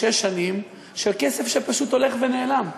שש שנים של כסף שפשוט הולך ונעלם,